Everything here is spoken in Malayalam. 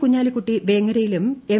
കുഞ്ഞാലിക്കുട്ടി വേങ്ങരയിലും എം